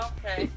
Okay